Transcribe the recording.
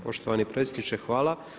Poštovani predsjedniče hvala.